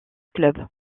club